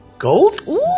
Gold